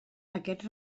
aquests